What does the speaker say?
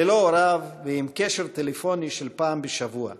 ללא הוריו ועם קשר טלפוני של פעם בשבוע,